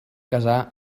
casar